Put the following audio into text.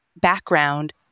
background